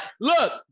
look